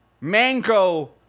Mango